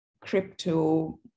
crypto